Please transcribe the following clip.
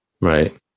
right